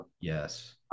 yes